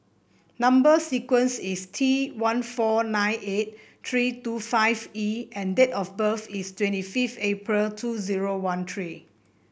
number sequence is T one four nine eight three two five E and date of birth is twenty fifth April two zero one three